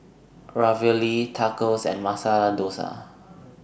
Ravioli Tacos and Masala Dosa